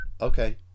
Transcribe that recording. Okay